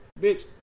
Bitch